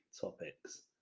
topics